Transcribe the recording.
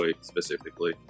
specifically